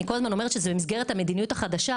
אני כל הזמן אומרת שזה במסגרת המדיניות החדשה,